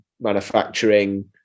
manufacturing